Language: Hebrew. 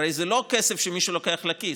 הרי זה לא כסף שמישהו לוקח לכיס,